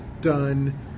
done